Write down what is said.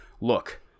Look